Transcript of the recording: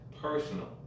personal